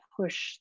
push